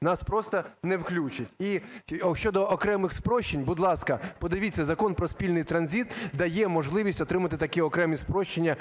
Нас просто не включать. І щодо окремих спрощень. Будь ласка, подивіться Закон про спільний транзит, дає можливість отримати такі окремі спрощення